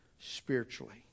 spiritually